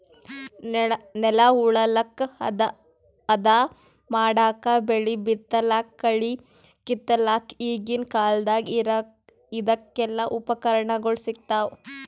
ನೆಲ ಉಳಲಕ್ಕ್ ಹದಾ ಮಾಡಕ್ಕಾ ಬೆಳಿ ಬಿತ್ತಲಕ್ಕ್ ಕಳಿ ಕಿತ್ತಲಕ್ಕ್ ಈಗಿನ್ ಕಾಲ್ದಗ್ ಇದಕೆಲ್ಲಾ ಉಪಕರಣಗೊಳ್ ಸಿಗ್ತಾವ್